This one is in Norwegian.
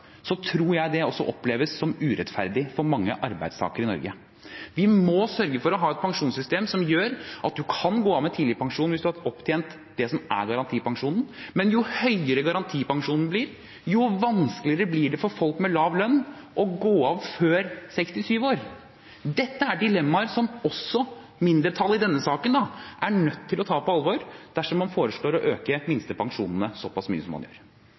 tror jeg det også oppleves som urettferdig for mange arbeidstakere i Norge. Vi må sørge for å ha et pensjonssystem som gjør at man kan gå av med tidligpensjon hvis man har opptjent det som er garantipensjonen, men jo høyere garantipensjonen blir, jo vanskeligere blir det for folk med lav lønn å gå av før fylte 67 år. Dette er dilemmaer som også mindretallet i denne saken er nødt til å ta på alvor dersom man foreslår å øke minstepensjonene såpass mye som man gjør.